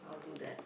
I'll do that